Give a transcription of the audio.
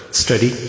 study